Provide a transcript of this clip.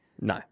No